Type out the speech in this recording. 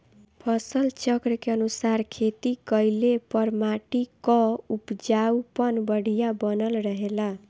फसल चक्र के अनुसार खेती कइले पर माटी कअ उपजाऊपन बढ़िया बनल रहेला